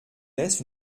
laisse